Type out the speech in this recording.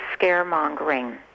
scaremongering